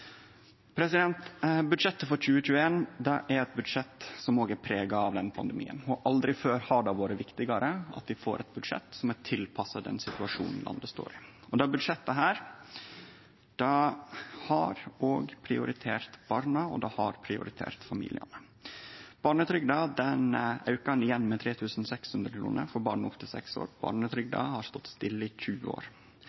Budsjettet for 2021 er eit budsjett som er prega av pandemien. Aldri har det vore viktigare at vi får eit budsjett som er tilpassa den situasjonen landet står i. Dette budsjettet har òg prioritert barna, og det har prioritert familiane. Barnetrygda er auka med 3 600 kr for barn opp til seks år.